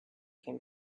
came